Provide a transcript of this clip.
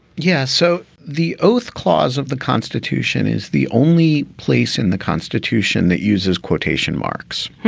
yes so the oath clause of the constitution is the only place in the constitution that uses quotation marks.